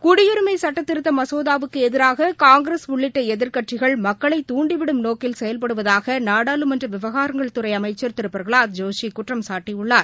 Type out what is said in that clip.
குடியுரிமைசட்டத்திருத்தமசோதாவுக்குஎதிராககாங்கிரஸ் உள்ளிட்டஎதிர்க்கட்சிகள் மக்களை நோக்கில் செயல்படுவதாகநாடாளுமன்றவிவகாரங்கள் துறைஅமைச்சர் திருபிரகலாத் தூண்டிவிடும் ஜோஷிகுற்றம்சாட்டியுள்ளார்